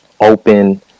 open